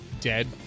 Dead